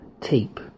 tape